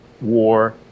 war